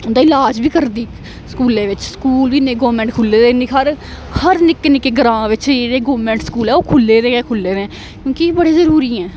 उंदा इलाज बी करदी स्कूलें बिच स्कूल बी इने गौरमेंट खुल्ले दे हर निक्के निक्के ग्रांऽ बिच जेह्ड़े गौरमेंट स्कूल ऐ ओह् खुल्ले दे गै खुल्ले दे क्योंकि बड़े जरूरी ऐ